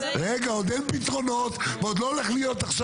רגע, עוד אין פתרונות ועוד לא הולך להיות עכשיו.